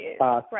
right